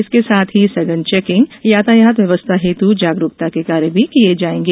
इसके साथ ही सघन चेकिंग यातायात व्यवस्था हेतु जागरूकता के कार्य भी किये जायेगें